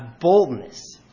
boldness